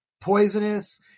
poisonous